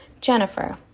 Jennifer